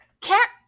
cat